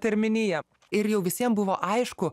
terminiją ir jau visiem buvo aišku